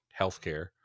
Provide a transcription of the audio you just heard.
healthcare